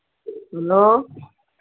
hello